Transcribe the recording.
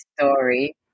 story